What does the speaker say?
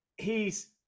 hes